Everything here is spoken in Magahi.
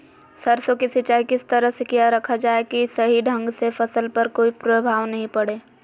सरसों के सिंचाई किस तरह से किया रखा जाए कि सही ढंग से फसल पर कोई प्रभाव नहीं पड़े?